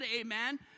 Amen